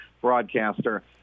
broadcaster